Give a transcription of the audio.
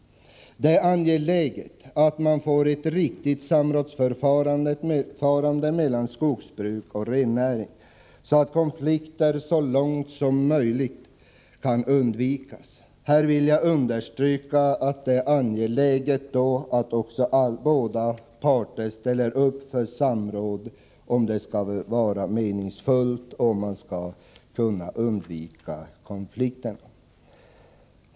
Det är angeläget att man får ett riktigt samrådsförfarande mellan skogsbruk och rennäring, så att konflikter så långt som möjligt kan undvikas. Här vill jag understryka att det är angeläget att båda parter ställer upp för samråd för att det skall vara meningsfullt och för att man skall kunna undvika konflikter.